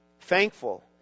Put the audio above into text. thankful